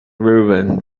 rubin